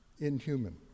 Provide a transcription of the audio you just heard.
inhuman